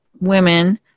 women